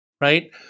right